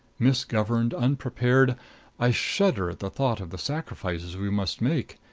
misgoverned unprepared i shudder at the thought of the sacrifices we must make,